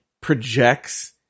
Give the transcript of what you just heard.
projects